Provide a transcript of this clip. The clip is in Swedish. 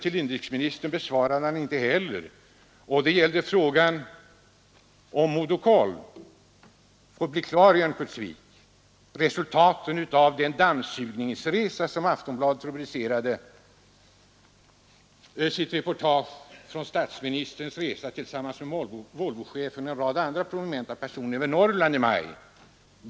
Inrikesministern besvarade inte heller min fråga som gällde om Modocell skulle få bli kvar i Örnsköldsvik och inte heller frågan om resultaten av den ”dammsugningsresa”, som Aftonbladet rubricerade sitt reportage, som statsministern gjorde när han tillsammans med Volvochefen och en rad andra prominenta personer flög över Norrland i maj.